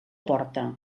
porta